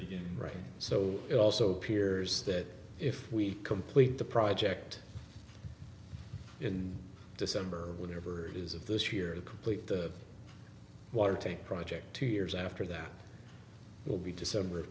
beginning writing so it also appears that if we complete the project in december whatever it is of this year to complete the water take project two years after that will be december of